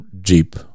jeep